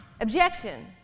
Objection